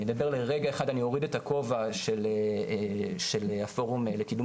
אני אדבר לרגע אחד אני אוריד את הכובע של הפורום לקידום